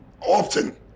often